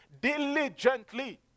diligently